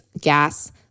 gas